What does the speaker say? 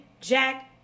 jack